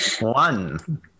One